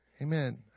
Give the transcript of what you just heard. Amen